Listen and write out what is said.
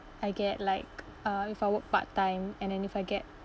I get like uh if I work part time and then if I get